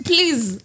Please